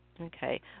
Okay